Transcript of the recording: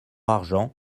argent